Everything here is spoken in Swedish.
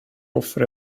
offer